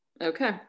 Okay